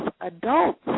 adults